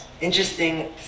Interesting